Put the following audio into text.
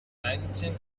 nineteen